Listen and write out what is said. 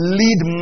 lead